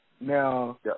Now